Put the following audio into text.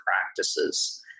practices